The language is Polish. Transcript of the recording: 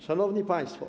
Szanowni Państwo!